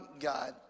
God